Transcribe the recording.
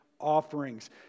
offerings